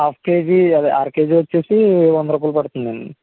half KG అదే అర KG వచ్చేసి వంద రూపాయలు పడుతుందండి